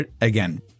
again